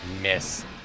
miss